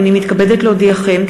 הנני מתכבדת להודיעכם,